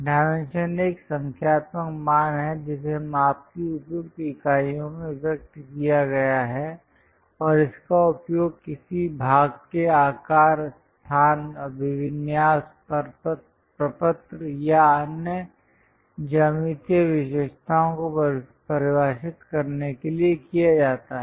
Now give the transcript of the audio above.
dimension एक संख्यात्मक मान है जिसे माप की उपयुक्त इकाइयों में व्यक्त किया गया है और इसका उपयोग किसी भाग के आकार स्थान अभिविन्यास प्रपत्र या अन्य ज्यामितीय विशेषताओं को परिभाषित करने के लिए किया जाता है